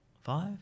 Five